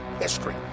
history